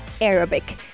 Arabic